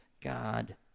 God